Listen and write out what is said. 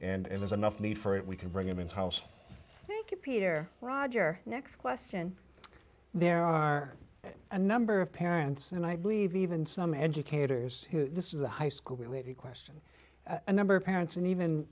and it was enough need for it we can bring it in house thank you peter rodger next question there are a number of parents and i believe even some educators who this is a high school related question and number of parents and even